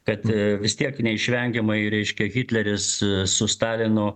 kad vis tiek neišvengiamai reiškia hitleris su stalinu